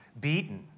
beaten